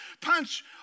punch